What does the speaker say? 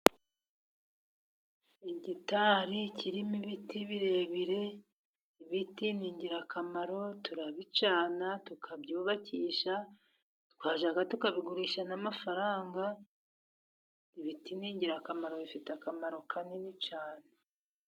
Igitari kirimo ibiti birebire, ibiti ni ingirakamaro turabicana, tukabyubakisha, tukabigurisha, twashaka tukabigurisha amafaranga. Ibiti ni ingirakamaro bifite akamaro kanini cyane.